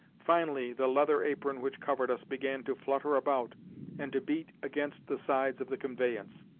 finally, the leather apron which covered us began to flutter about and to beat against the sides of the conveyance.